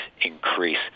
increase